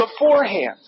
beforehand